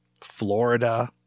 Florida